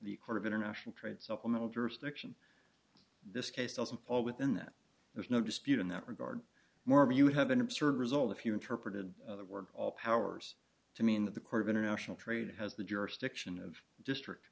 the court of international trade supplemental jurisdiction this case doesn't all within that there's no dispute in that regard moreover you have an absurd result if you interpreted the word all powers to mean that the court of international trade has the jurisdiction of district